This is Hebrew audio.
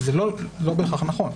שזה לא בהכרח נכון.